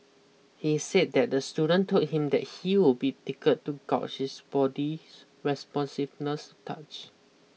he said that the student told him that he will be tickled to gauge his body's responsiveness touch